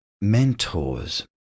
mentors